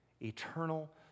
eternal